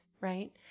right